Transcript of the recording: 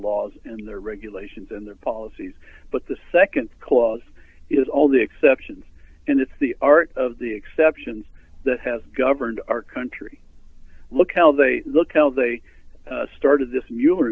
laws and their regulations and their policies but the nd clause is all the exceptions and it's the part of the exceptions that has governed our country look how they look how they started this mueller